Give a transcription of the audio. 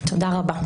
תודה רבה.